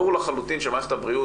ברור לחלוטין שמערכת הבריאות,